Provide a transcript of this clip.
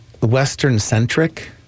Western-centric